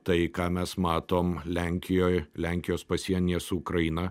tai ką mes matom lenkijoj lenkijos pasienyje su ukraina